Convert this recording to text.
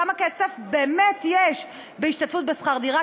כמה כסף באמת יש בהשתתפות בשכר דירה,